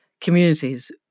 communities